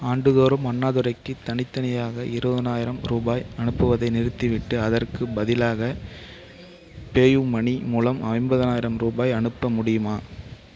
ஆண்டுதோறும் அண்ணாதுரைக்கு தனித்தனியாக இருபதனாயிரம் ரூபாய் அனுப்புவதை நிறுத்திவிட்டு அதற்குப் பதிலாக பேயூ மணி மூலம் ஐம்பதனாயிரம் ரூபாய் அனுப்ப முடியுமா